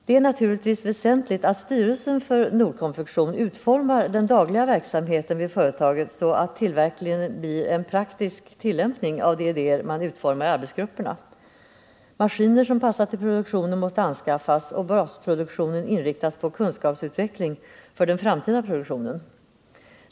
Det är naturligtvis väsentligt att styrelsen för Nord Konfektion utformar den dagliga verksamheten vid företaget så att tillverkningen blir en praktisk tillämpning av de idéer man utformar i arbetsgrupperna. Maskiner som passar till produktionen måste anskaffas och basproduktionen inriktas på kunskapsutveckling för den framtida produktionen.